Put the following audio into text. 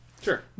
Sure